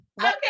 Okay